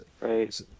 Right